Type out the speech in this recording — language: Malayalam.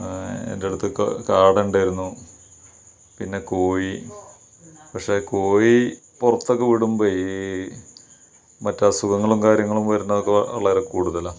എൻറ്റടുത്ത്ക്ക് കാട ഉണ്ടായിരുന്നു പിന്നെ കോഴി പക്ഷേ കോഴി പുറത്തൊക്കെ വിടുമ്പോൾ ഈ മറ്റസ്സുഖങ്ങളും കാര്യങ്ങളും വരുന്നതൊക്കെ വളരെ കൂട്തലാണ്